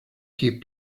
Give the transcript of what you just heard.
keep